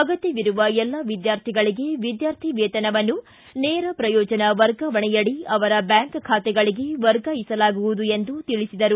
ಅಗತ್ತವಿರುವ ಎಲ್ಲಾ ವಿದ್ಯಾರ್ಥಿಗಳಿಗೆ ವಿದ್ಯಾರ್ಥಿ ವೇತನವನ್ನು ನೇರ ಪ್ರಯೋಜನ ವರ್ಗಾವಣೆಯಡಿ ಅವರ ಬ್ಯಾಂಕ್ ಖಾತೆಗಳಿಗೆ ವರ್ಗಾಯಿಸಲಾಗುವುದು ಎಂದು ತಿಳಿಸಿದರು